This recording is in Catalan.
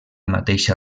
mateixa